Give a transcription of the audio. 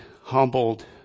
humbled